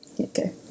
Okay